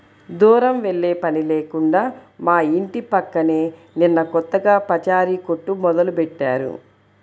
దూరం వెళ్ళే పని లేకుండా మా ఇంటి పక్కనే నిన్న కొత్తగా పచారీ కొట్టు మొదలుబెట్టారు